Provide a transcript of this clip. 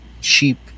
cheap